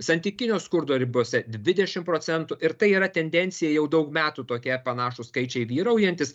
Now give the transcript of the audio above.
santykinio skurdo ribose dvidešim procentų ir tai yra tendencija jau daug metų tokie panašūs skaičiai vyraujantys